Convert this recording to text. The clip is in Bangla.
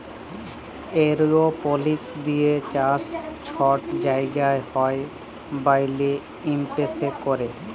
এরওপলিক্স দিঁয়ে চাষ ছট জায়গায় হ্যয় ব্যইলে ইস্পেসে ক্যরে